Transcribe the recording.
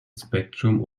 spectrum